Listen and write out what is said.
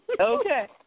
Okay